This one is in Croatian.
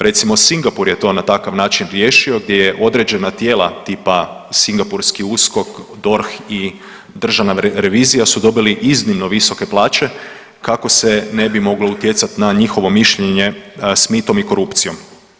Recimo Singapur je to na takav način riješio gdje je određena tijela tipa singapurski USKOK, DORH i državna revizija su dobili iznimno visoke plaće kako se ne bi moglo utjecati na njihovo mišljenje s mitom i korupcijom.